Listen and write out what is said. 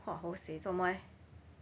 !wah! hoseh 做什么 leh